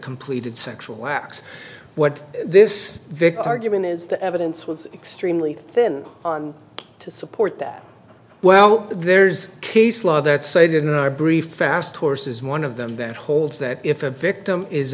completed sexual act what this vick argument is the evidence was extremely thin on to support that well there's case law that cited in our brief fast horses one of them that holds that if a victim is